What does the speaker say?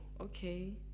okay